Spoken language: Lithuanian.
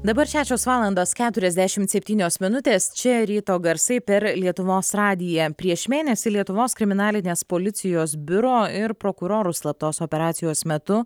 dabar šešios valandos keturiasdešimt septynios minutės čia ryto garsai per lietuvos radiją prieš mėnesį lietuvos kriminalinės policijos biuro ir prokurorų slaptos operacijos metu